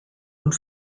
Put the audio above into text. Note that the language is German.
und